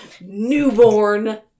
Newborn